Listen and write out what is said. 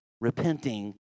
repenting